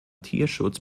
tierschutz